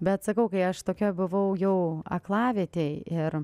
bet sakau kai aš tokia buvau jau aklavietėj ir